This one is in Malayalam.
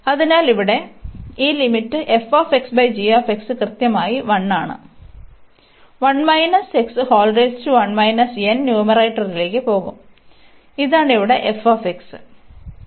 അതിനാൽ ഇവിടെ ഈ ലിമിറ്റ് കൃത്യമായി 1ആണ് അതിനാൽ ന്യൂമറേറ്ററിലേക്ക് പോകും ഇതാണ് ഇവിടെ f